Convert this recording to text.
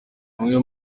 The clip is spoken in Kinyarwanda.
umwe